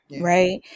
right